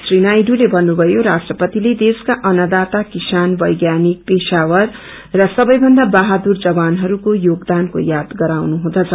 श्री नायडूले भन्नुभयो राष्ट्रपति देश्का अन्नदाता किसान वैज्ञानिक पेशावार र सबैभन्दा बहादुर जवानहरूको योगदानको चयाद गराउँदछ